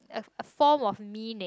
a form of meaning